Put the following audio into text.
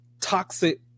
toxic